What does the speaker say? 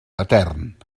etern